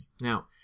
Now